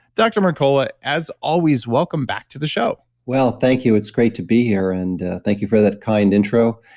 dr. mercola, as always, welcome back to the show well, thank you. it's great to be here and thank you for that kind intro.